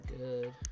good